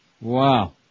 Wow